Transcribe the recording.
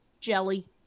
jelly